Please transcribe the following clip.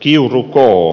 kiuru l